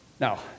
Now